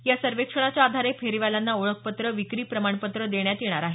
या सर्वेक्षणाच्या आधारे फेरीवाल्यांना ओळखपत्र विक्री प्रमाणपत्र देण्यात येणार आहे